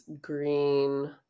green